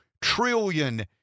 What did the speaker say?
trillion